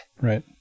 Right